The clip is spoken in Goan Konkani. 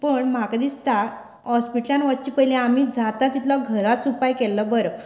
पण म्हाका दिसता हॉस्पिटलांत वचचें पयलीं आमी जाता तितलो घराच उपाय केल्लो बरो